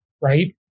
right